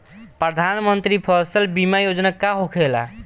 प्रधानमंत्री फसल बीमा योजना का होखेला?